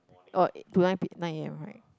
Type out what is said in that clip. oh to nine p~ nine A_M right